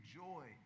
joy